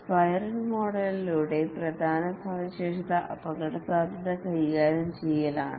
spiral model യുടെ പ്രധാന സവിശേഷത അപകടസാധ്യത കൈകാര്യം ചെയ്യലാണ്